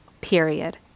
period